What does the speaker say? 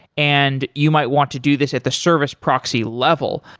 and you might want to do this at the service proxy level.